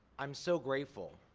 i'm so grateful.